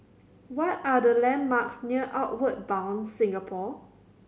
what are the landmarks near Outward Bound Singapore